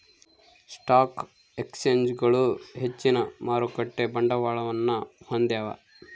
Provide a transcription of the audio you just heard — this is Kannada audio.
ಸ್ಟಾಕ್ ಎಕ್ಸ್ಚೇಂಜ್ಗಳು ಹೆಚ್ಚಿನ ಮಾರುಕಟ್ಟೆ ಬಂಡವಾಳವನ್ನು ಹೊಂದ್ಯಾವ